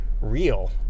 real